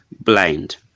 blind